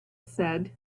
said